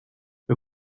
wir